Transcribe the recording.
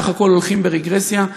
בסך הכול הולכים ברגרסיה.